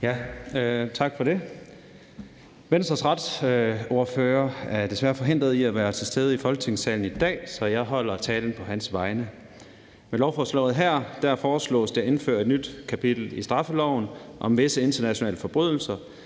(V): Tak for det. Venstres retsordfører er desværre forhindret i at være til stede i Folketingssalen i dag, så jeg holder talen på hans vegne. Med lovforslaget her foreslås det at indføre et nyt kapitel i straffeloven om visse internationale forbrydelser.